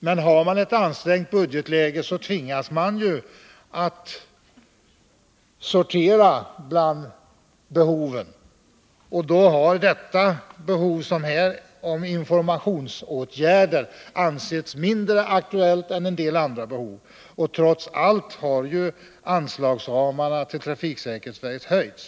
Men i ett ansträngt budgetläge tvingas man att sortera bland behoven, och kravet på informationsåtgärder har i nuvarande läge ansetts mindre aktuellt än en del andra krav. Dessutom har anslagsramarna för trafiksäkerhetsverket vidgats.